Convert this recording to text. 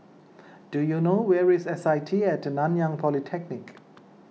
do you know where is S I T at Nanyang Polytechnic